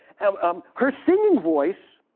um um her singing voice,